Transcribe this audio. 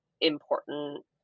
important